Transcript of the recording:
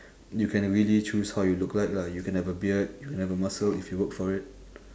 you can really choose how you look like lah you can have a beard you can have a muscle if you work for it